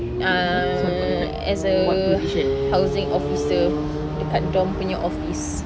uh as a housing officer dekat dormitory punya office